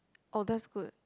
oh that's good